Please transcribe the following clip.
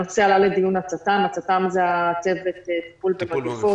הנושא עלה לדיון בצט"מ צוות טיפול במגפות